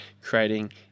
creating